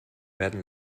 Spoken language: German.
werden